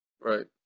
Right